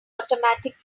automatic